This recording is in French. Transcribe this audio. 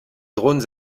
drones